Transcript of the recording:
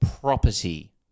property